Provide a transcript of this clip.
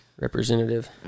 Representative